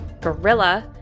gorilla